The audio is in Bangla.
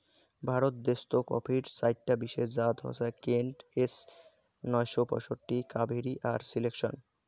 ভারত দেশ্ত কফির চাইরটা বিশেষ জাত হসে কেন্ট, এস নয়শো পঁয়ষট্টি, কাভেরি আর সিলেকশন